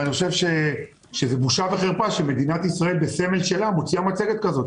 ואני חושב שזה בושה וחרפה שמדינת ישראל מוציאה מצגת כזאת תחת סמל שלה.